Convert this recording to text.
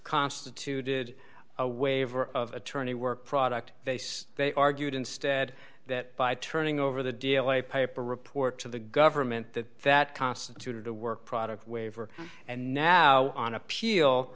constituted a waiver of attorney work product face they argued instead that by turning over the d l a piper report to the government that that constituted a work product waiver and now on appeal